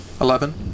Eleven